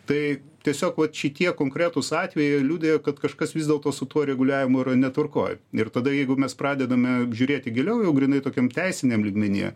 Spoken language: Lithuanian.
tai tiesiog vat šitie konkretūs atvejai liudija kad kažkas vis dėlto su tuo reguliavimu yra netvarkoj ir tada jeigu mes pradedame žiūrėti giliau jau grynai tokiam teisiniam lygmenyje